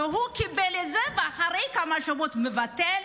והוא קיבל את זה, ואחרי כמה שבועות מבטל?